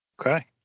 Okay